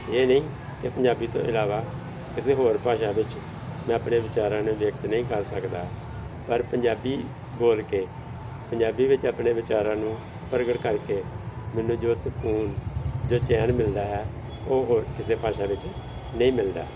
ਇਹ ਨਹੀਂ ਕਿ ਪੰਜਾਬੀ ਤੋਂ ਇਲਾਵਾ ਕਿਸੇ ਹੋਰ ਭਾਸ਼ਾ ਵਿੱਚ ਮੈਂ ਆਪਣੇ ਵਿਚਾਰਾਂ ਨੂੰ ਵਿਅਕਤ ਨਹੀਂ ਕਰ ਸਕਦਾ ਪਰ ਪੰਜਾਬੀ ਬੋਲ ਕੇ ਪੰਜਾਬੀ ਵਿੱਚ ਆਪਣੇ ਵਿਚਾਰਾਂ ਨੂੰ ਪ੍ਰਗਟ ਕਰਕੇ ਮੈਨੂੰ ਜੋ ਸਕੂਨ ਜੋ ਚੈਨ ਮਿਲਦਾ ਹੈ ਉਹ ਹੋਰ ਕਿਸੇ ਭਾਸ਼ਾ ਵਿੱਚ ਨਹੀਂ ਮਿਲਦਾ